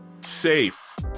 Safe